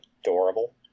adorable